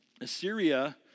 Assyria